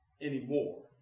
anymore